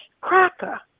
cracker